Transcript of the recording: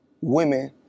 women